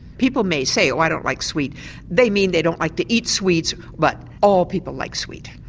people may say oh, i don't like sweet they mean they don't like to eat sweets but all people like sweet.